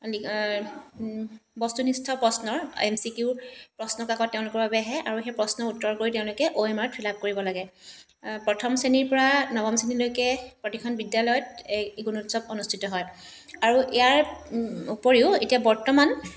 বস্তুনিষ্ঠ প্ৰশ্নৰ M C কিউৰ প্ৰশ্নকাকত তেওঁলোকৰ বাবে আহে আৰু সেই প্ৰশ্নৰ উত্তৰ কৰি তেওঁলোকে অ' এম আৰত ফিল আপ কৰিব লাগে প্ৰথম শ্ৰেণীৰ পৰা নৱম শ্ৰেণীলৈকে প্ৰতিখন বিদ্যালয়ত এই গুণোৎসৱ অনুষ্ঠিত হয় আৰু ইয়াৰ উপৰিও এতিয়া বৰ্তমান